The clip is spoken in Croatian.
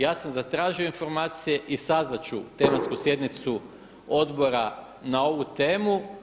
Ja sam zatražio informacije i sazvati ću tematsku sjednicu Odbora na ovu temu.